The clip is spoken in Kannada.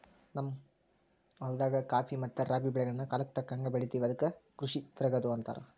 ನಾವು ನಮ್ಮ ಹೊಲದಾಗ ಖಾಫಿ ಮತ್ತೆ ರಾಬಿ ಬೆಳೆಗಳ್ನ ಕಾಲಕ್ಕತಕ್ಕಂಗ ಬೆಳಿತಿವಿ ಅದಕ್ಕ ಕೃಷಿ ತಿರಗದು ಅಂತಾರ